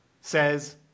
says